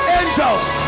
angels